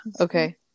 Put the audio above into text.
okay